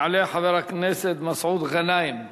יעלה חבר הכנסת מסעוד גנאים,